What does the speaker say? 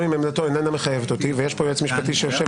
גם אם עמדתו איננה מחייבת אותי ויש פה יועץ משפטי שיושב